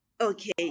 Okay